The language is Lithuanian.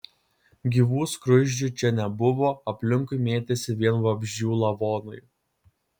gyvų skruzdžių čia nebuvo aplinkui mėtėsi vien vabzdžių lavonai